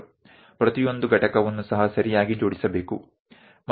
દરેક એકમ નુ યોગ્ય રીતે સંયોજન એસેમ્બલ પણ કરવું પડશે